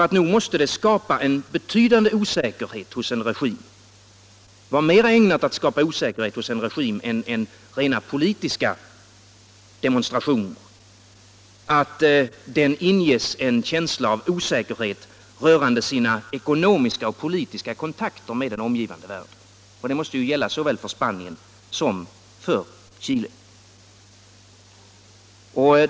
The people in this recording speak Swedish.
Att en regim inges en känsla av osäkerhet rörande sina ekonomiska och politiska kontakter med den omgivande världen måste vara mer ägnat att påverka denna regim än rent politiska demonstrationer. Det måste gälla såväl för Spanien som för Chile.